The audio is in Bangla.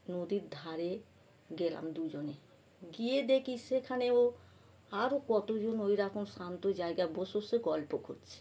নদীর ধারে গেলাম দুজনে গিয়ে দেখি সেখানেও আরও কতজন ওইরকম শান্ত জায়গায় বসে বসে গল্প করছে